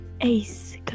Ace